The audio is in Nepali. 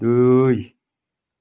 दुई